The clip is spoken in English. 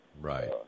Right